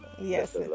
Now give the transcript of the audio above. Yes